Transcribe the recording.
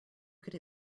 could